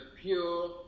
pure